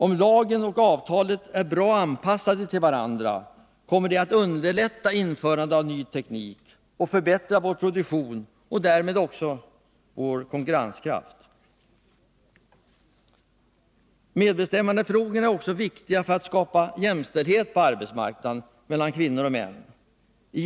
Om lagen och avtalet är bra anpassade till varandra kommer det att underlätta införandet av ny teknik, som förbättrar vår produktion och därmed ökar vår konkurrenskraft. Medbestämmandefrågorna är också viktiga för att skapa jämställdhet Nr 43 mellan kvinnor och män på arbetsmarknaden.